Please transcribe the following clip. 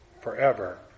forever